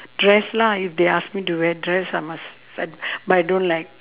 dress lah if they ask me to wear dress I must we~ but I don't like